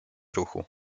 ruchu